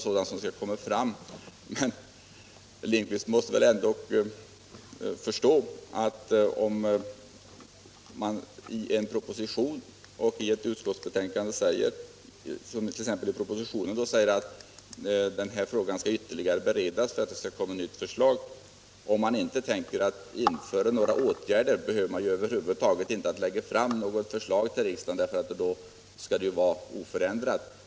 I propositionen sägs att denna fråga skall ytterligare beredas för att det skall kunna läggas fram ett nytt förslag. Herr Lindkvist måste väl ändå förstå att om man inte tänker vidta några åtgärder behöver man över huvud taget inte lägga fram förslag till riksdagen — då skulle ju läget vara oförändrat.